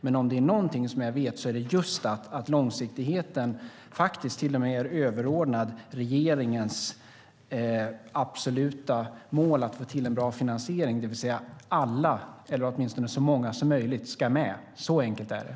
Men om det är någonting som jag vet så är det just att långsiktigheten faktiskt till och med är överordnad regeringens absoluta mål att få till en bra finansiering, det vill säga att alla eller åtminstone så många som möjligt ska med. Så enkelt är det.